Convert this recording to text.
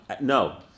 No